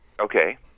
Okay